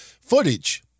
footage